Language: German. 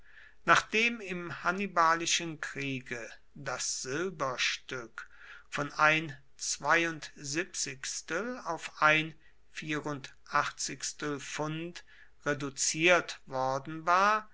nachdem im hannibalischen kriege das silberstück von ein auf ein reduziert worden war